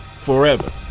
Forever